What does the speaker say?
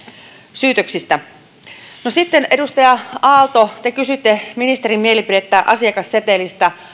syytöksistä sitten edustaja aalto te kysyitte ministerin mielipidettä asiakassetelistä